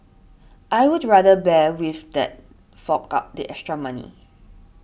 I would rather bear with that fork out the extra money